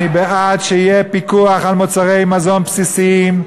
אני בעד שיהיה פיקוח על מוצרי מזון בסיסיים,